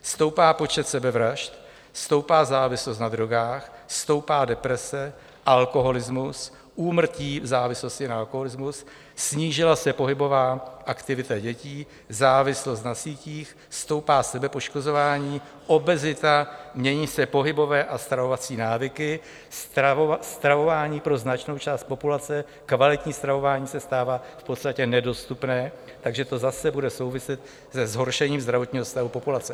Stoupá počet sebevražd, stoupá závislost na drogách, stoupá deprese, alkoholismus, úmrtí v závislosti na alkoholismus, snížila se pohybová aktivita dětí, závislost na sítích, stoupá sebepoškozování, obezita, mění se pohybové a stravovací návyky, stravování pro značnou část populace, kvalitní stravování, se stává v podstatě nedostupné, takže to zase bude souviset se zhoršením zdravotního stavu populace.